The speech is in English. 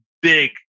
big